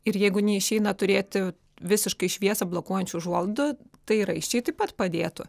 ir jeigu neišeina turėti visiškai šviesą blokuojančių užuolaidų tai raiščiai taip pat padėtų